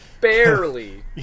Barely